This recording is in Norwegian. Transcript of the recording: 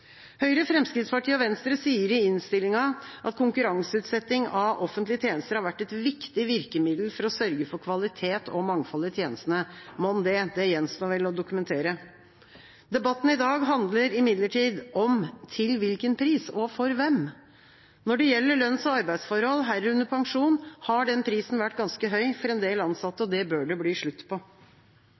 Høyre, Fremskrittspartiet og Venstre sier i innstillinga at konkurranseutsetting av offentlige tjenester har vært et viktig virkemiddel for å sørge for kvalitet og mangfold i tjenestene – mon det, det gjenstår vel å dokumentere. Debatten i dag handler imidlertid om til hvilken pris, og for hvem. Når det gjelder lønns- og arbeidsforhold, herunder pensjon, har den prisen vært ganske høy for en del ansatte, og det bør det bli slutt på.